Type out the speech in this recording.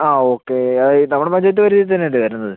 ആ ഓക്കെ അത് നമ്മുടെ പഞ്ചായത്ത് ഒരു ഇത് തന്നെ അല്ലെ വരുന്നത്